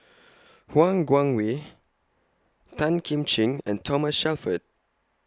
Han Guangwei Tan Kim Ching and Thomas Shelford